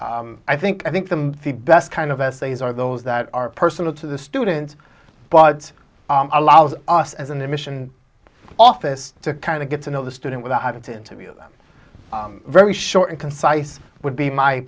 i think i think them the best kind of essays are those that are personal to the students but a lot of us as an admission office to kind of get to know the student without having to interview them very short and concise would be my